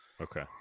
Okay